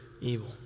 evil